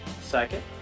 Second